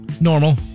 normal